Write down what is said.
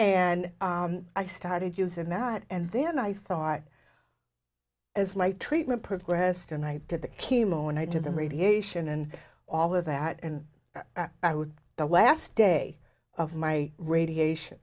and i started using that and then i thought as my treatment progressed and i did the chemo and i did the radiation and all of that and i would the last day of my radiation